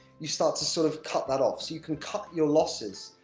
you start to, sort of, cut that off so you can cut your losses.